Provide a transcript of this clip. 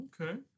okay